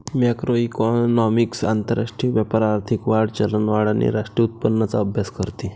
macroeconomics आंतरराष्ट्रीय व्यापार, आर्थिक वाढ, चलनवाढ आणि राष्ट्रीय उत्पन्नाचा अभ्यास करते